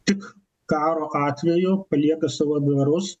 tik karo atveju palieka savo dvarus